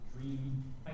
Dream